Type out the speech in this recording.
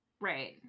right